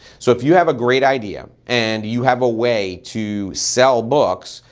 so if you have a great idea and you have a way to sell books,